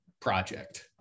project